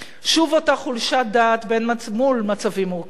שוב אותה חולשת דעת מול מצבים מורכבים.